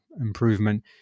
improvement